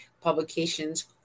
publications